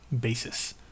basis